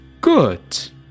Good